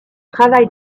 travail